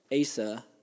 Asa